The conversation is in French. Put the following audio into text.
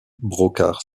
brocard